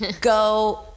go